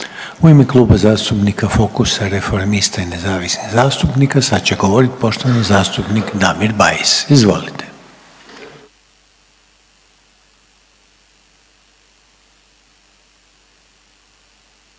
U ime Kluba zastupnika Fokusa, Reformista i nezavisnih zastupnika sad će govorit poštovani zastupnik Damir Bajs, izvolite.